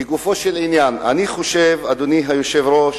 לגופו של עניין, אני חושב, אדוני היושב-ראש,